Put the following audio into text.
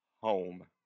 home